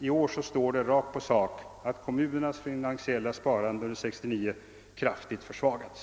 I år står det emellertid rakt på sak att kommunernas finansiella sparande under 1969 kraftigt försvagats.